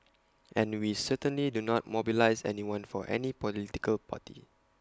and we certainly do not mobilise anyone for any political party